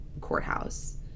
courthouse